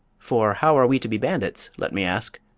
for how are we to be bandits, let me ask,